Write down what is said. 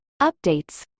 updates